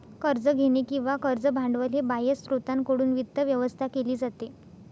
कर्ज घेणे किंवा कर्ज भांडवल हे बाह्य स्त्रोतांकडून वित्त व्यवस्था केली जाते